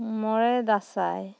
ᱢᱚᱬᱮ ᱫᱟᱸᱥᱟᱭ